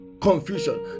Confusion